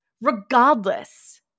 regardless